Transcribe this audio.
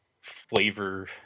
flavor